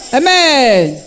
Amen